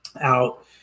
out